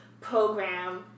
program